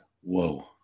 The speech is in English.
whoa